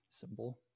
symbol